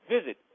Visit